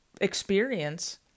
experience